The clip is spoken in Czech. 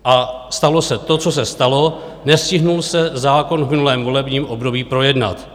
A stalo se to, co se stalo: nestihl se zákon v minulém volebním období projednat.